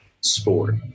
sport